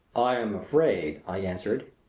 i am afraid, i answered,